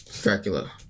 Dracula